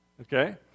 Okay